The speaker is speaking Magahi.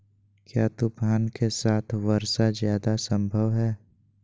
क्या तूफ़ान के साथ वर्षा जायदा संभव है?